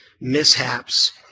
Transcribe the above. mishaps